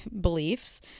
beliefs